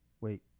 Wait